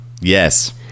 yes